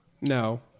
No